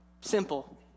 Simple